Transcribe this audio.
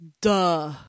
duh